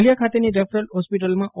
નલિયા ખાતેની રેફરલ જ્રેસ્પિટલમાં ઓ